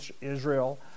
Israel